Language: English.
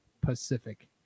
Pacific